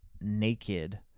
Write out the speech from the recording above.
naked